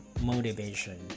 motivation